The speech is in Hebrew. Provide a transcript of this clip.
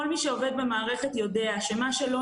כל מי שעובד במערכת יודע שכל מה שלא